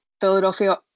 Philadelphia